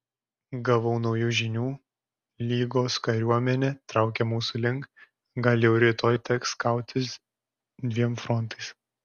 gavau naujų žinių lygos kariuomenė traukia mūsų link gal jau rytoj teks kautis dviem frontais